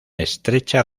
estrecha